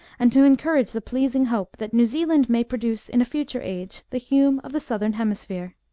and to encourage the pleasing hope that new zealand may produce in a future age, the hume of the southern hemisphere